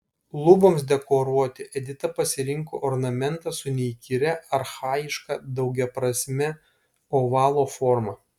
luboms dekoruoti edita pasirinko ornamentą su neįkyria archajiška daugiaprasme ovalo forma